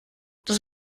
das